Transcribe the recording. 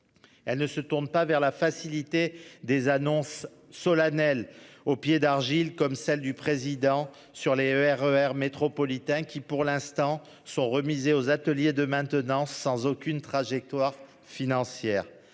Elle ne se tourne pas vers la facilité des annonces solennelles aux pieds d'argile, comme celle du président sur les RER métropolitains qui pour l'instant sont remisés aux ateliers de maintenance sans aucune trajectoire financière.